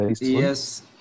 Yes